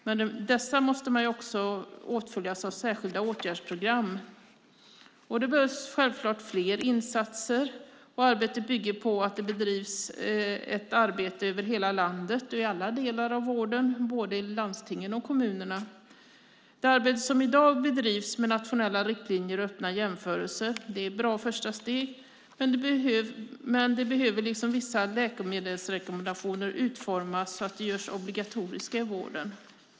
Men dessa måste också åtföljas av särskilda åtgärdsprogram. Det behövs självklart fler insatser, och arbetet bygger på att det bedrivs ett arbete över hela landet och i alla delar av vården, både i landstingen och i kommunerna. Det arbete som i dag bedrivs med nationella riktlinjer och öppna jämförelser är ett bra första steg, men de behöver, liksom vissa läkemedelsrekommendationer, utformas så att de görs obligatoriska i vården.